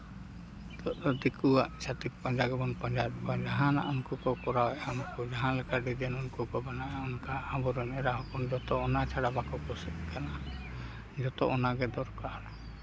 ᱱᱤᱛᱚᱜ ᱫᱚ ᱫᱤᱠᱩᱣᱟᱜ ᱪᱷᱟᱹᱛᱤᱠ ᱯᱟᱸᱡᱟ ᱜᱮᱵᱚᱱ ᱯᱟᱸᱡᱟ ᱜᱮᱠᱚ ᱡᱟᱦᱟᱸᱭᱮᱜ ᱠᱚᱣᱟ ᱡᱟᱦᱟᱱᱟᱜ ᱩᱱᱠᱩ ᱠᱚ ᱠᱚᱨᱟᱣᱮᱜᱼᱟ ᱡᱟᱦᱟᱸ ᱞᱮᱠᱟ ᱰᱤᱡᱟᱭᱤᱱ ᱩᱱᱠᱩ ᱠᱚ ᱵᱮᱱᱟᱣᱮᱜᱼᱟ ᱚᱱᱠᱟ ᱟᱵᱚᱨᱮᱱ ᱮᱨᱟ ᱦᱚᱯᱚᱱ ᱠᱚ ᱚᱱᱟ ᱪᱷᱟᱲᱟ ᱵᱟᱠᱚ ᱠᱩᱥᱤᱜ ᱠᱟᱱᱟ ᱡᱚᱛᱚ ᱚᱱᱟᱜᱮ ᱫᱚᱨᱠᱟᱨ